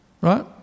Right